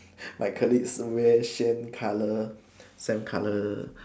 my colleague wear same color same color